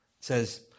says